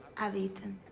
i've eaten.